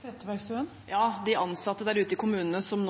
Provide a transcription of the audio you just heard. Trettebergstuen – til oppfølgingsspørsmål. Ja, de ansatte der ute i kommunene som